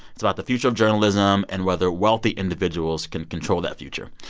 it's about the future of journalism and whether wealthy individuals can control that future.